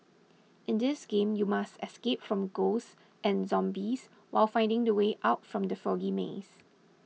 in this game you must escape from ghosts and zombies while finding the way out from the foggy maze